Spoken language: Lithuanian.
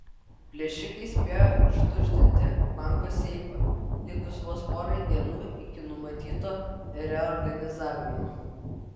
plėšikai spėjo ištuštinti banko seifą likus vos porai dienų iki numatyto reorganizavimo